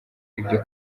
ibyo